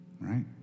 right